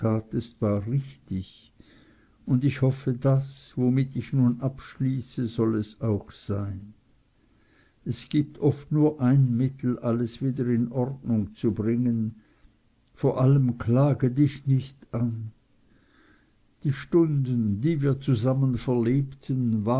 richtig und ich hoffe das womit ich nun abschließe soll es auch sein es gibt oft nur ein mittel alles wieder in ordnung zu bringen vor allem klage dich nicht an die stunden die wir zusammen verlebten